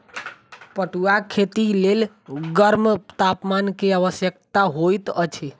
पटुआक खेती के लेल गर्म तापमान के आवश्यकता होइत अछि